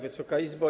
Wysoka Izbo!